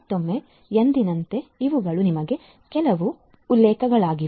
ಮತ್ತೊಮ್ಮೆ ಎಂದಿನಂತೆ ಇವುಗಳು ನಿಮಗೆ ಕೆಲವು ಉಲ್ಲೇಖಗಳಾಗಿವೆ